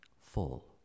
full